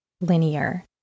linear